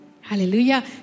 Hallelujah